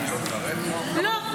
לא,